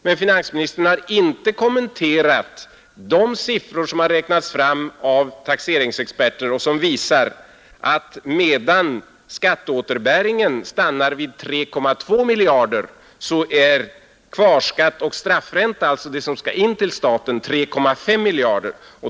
Men finansministern har inte kommenterat de siffror som har räknats fram av taxeringsexperter och som visar att medan skatteåterbäringen stannar vid 3,2 miljarder så uppgår kvarskatt och straffränta — alltså belopp som skall in till staten — till 3,5 miljarder.